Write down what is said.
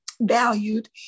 valued